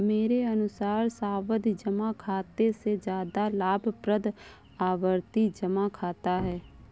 मेरे अनुसार सावधि जमा खाते से ज्यादा लाभप्रद आवर्ती जमा खाता है